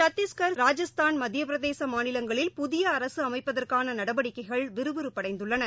சத்தீஸ்கர் ராஜஸ்தான் மத்தியப்பிரதேசமாநிலங்களில் புதியஅரசுஅமைப்பதற்கானநடவடிக்கைகள் விறுவிறுப்படைந்துள்ளன